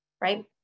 right